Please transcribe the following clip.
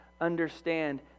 understand